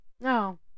No